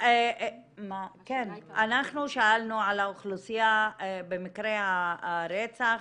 אנחנו שאלנו על האוכלוסייה במקרי הרצח.